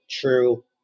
true